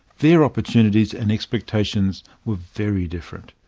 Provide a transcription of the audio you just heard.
their opportunities and expectations were very different.